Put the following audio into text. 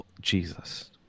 Jesus